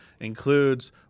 Includes